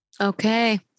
Okay